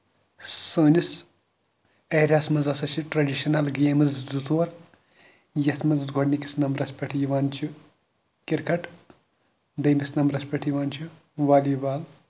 سٲنِس ایریا ہَس منٛز ہسا چھِ ٹریڈِشنل گیمٕز زٕ ژور یَتھ منٛز گۄڈٕنِکِس نَمبرَس پٮ۪ٹھ یِوان چھِ کِرکَٹ دوٚیمِس نَمبرَس پٮ۪ٹھ یِوان چھِ والی بال